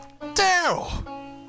Daryl